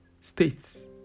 states